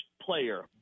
player